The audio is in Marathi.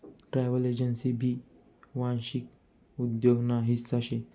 ट्रॅव्हल एजन्सी भी वांशिक उद्योग ना हिस्सा शे